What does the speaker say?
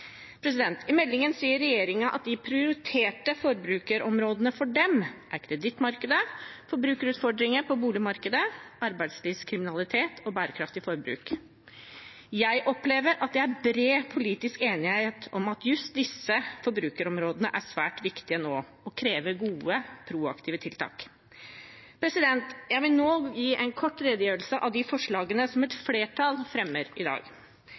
I meldingen sier regjeringen at de prioriterte forbrukerområdene for dem er kredittmarkedet, forbrukerutfordringer på boligmarkedet, arbeidslivskriminalitet og bærekraftig forbruk. Jeg opplever at det er bred politisk enighet om at nettopp disse forbrukerområdene er svært viktige nå og krever gode, proaktive tiltak. Jeg vil nå gi en kort redegjørelse av de forslagene som et flertall fremmer i dag.